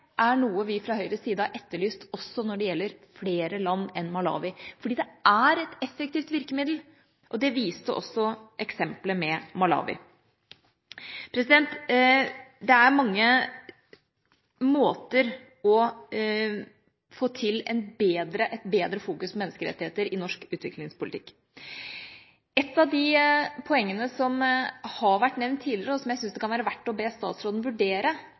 er noe vi fra Høyres side har etterlyst, også når det gjelder flere land enn Malawi. For det er et effektivt virkemiddel, og det viste også eksempelet med Malawi. Det er mye som kan gjøres for å få bedre fokus på menneskerettigheter i norsk utviklingspolitikk. Et av de poengene som har vært nevnt tidligere, og som jeg syns det kan være verdt å be statsråden vurdere,